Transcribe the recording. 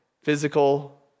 physical